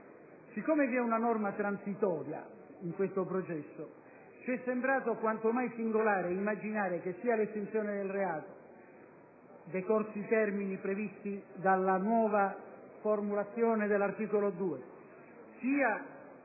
siccome vi è una norma transitoria in questo provvedimento, ci è sembrato quanto mai singolare immaginare che sia l'estinzione del reato - decorsi i termini previsti dalla nuova formulazione dell'articolo 2 - sia